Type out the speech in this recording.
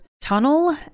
tunnel